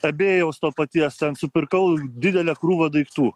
ebėjaus to paties ten supirkau didelę krūvą daiktų